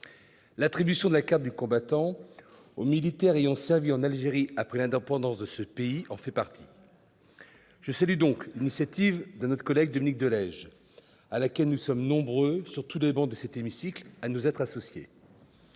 L'attribution de la carte du combattant aux militaires ayant servi en Algérie après l'indépendance de ce pays en fait partie. Je salue donc l'initiative de notre collègue Dominique de Legge, à laquelle nous sommes nombreux, sur toutes les travées de cet hémicycle, à nous être associés.